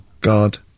God